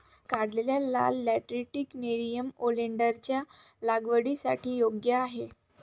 काढलेले लाल lateritic nerium ओलेन्डरच्या लागवडीसाठी योग्य आहे